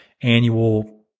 annual